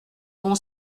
bon